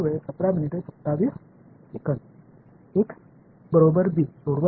X बरोबर b सोडवत आहे